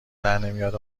درنمیاد